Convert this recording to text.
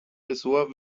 ressort